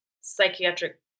psychiatric